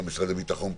גם המשרד לביטחון פנים,